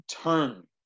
turn